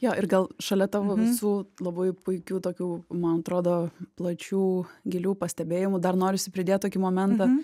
jo ir gal šalia tavo visų labai puikių tokių man atrodo plačių gilių pastebėjimų dar norisi pridėt tokį momentą